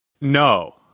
No